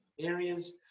areas